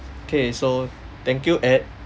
K so thank you ed